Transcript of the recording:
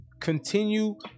continue